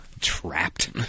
Trapped